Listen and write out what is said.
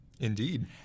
Indeed